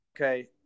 okay